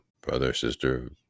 brother-sister